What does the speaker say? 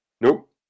Nope